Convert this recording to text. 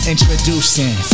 Introducing